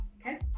Okay